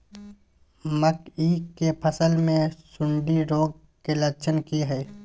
मकई के फसल मे सुंडी रोग के लक्षण की हय?